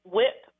Whip